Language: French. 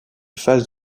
phases